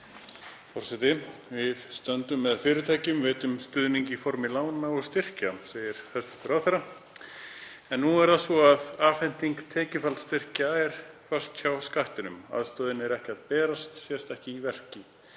forseti. Við stöndum með fyrirtækjum, veitum stuðning í formi lána og styrkja, segir ráðherra. En nú er það svo að afhending tekjufallsstyrkja er föst hjá Skattinum. Aðstoðin berst ekki, sést ekki í verki.